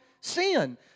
sin